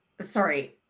Sorry